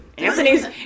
Anthony's